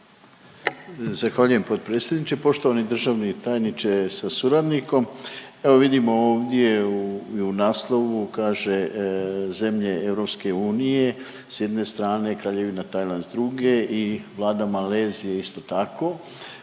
Zahvaljujem potpredsjedniče. Poštovani državni tajniče sa suradnikom. Evo vidimo ovdje u naslovu kaže zemlje EU s jedne strane Kraljevina Tajland s druge i Vlada Malezije isto tako